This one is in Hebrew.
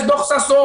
יש דוח ששון,